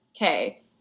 okay